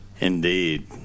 Indeed